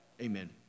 amen